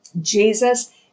Jesus